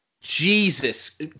Jesus